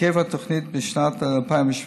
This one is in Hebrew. היקף התוכנית בשנת 2017,